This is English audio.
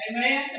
Amen